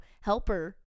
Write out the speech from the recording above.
helper